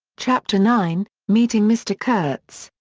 chapter nine meeting mr. kurtz.